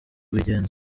kubigenza